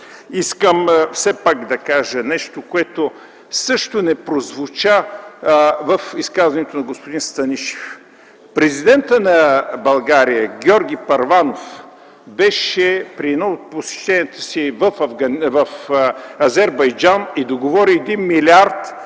искам все пак да кажа нещо, което също не прозвуча в изказването на господин Станишев. Президентът на България Георги Първанов при едно от посещенията си беше в Азербайджан и договори 1 млрд.